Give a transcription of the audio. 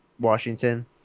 Washington